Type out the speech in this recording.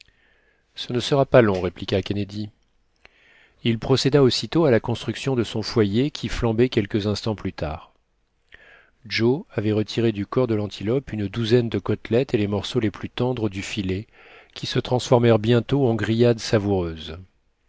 ce ne sera pas long répliqua kennedy il procéda aussitôt à la construction de son foyer qui flambait quelques instants plus tard joe avait retiré du corps de l'antilope une douzaine de côtelettes et les morceaux les plus tendres du filet qui se transformèrent bientôt en grillades savoureuses